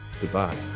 Goodbye